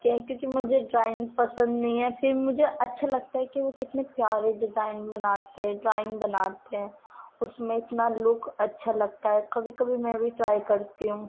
کیا ہے کیونکہ مجھے ڈرائنگ پسند نہیں ہے پھر مجھے اچّھا لگتا ہے کہ وہ کتنے پیارے ڈیزائن بناتے ہیں ڈرائنگ بناتے ہیں اس میں اتنا لک اچّھا لگتا ہے کبھی کبھی میں بھی ٹرائی کرتی ہوں